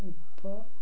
ଉପ